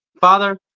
Father